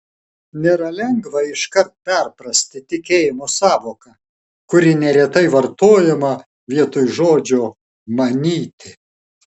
nėra lengva iškart perprasti tikėjimo sąvoką kuri neretai vartojama vietoj žodžio manyti